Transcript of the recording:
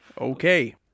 Okay